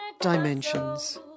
dimensions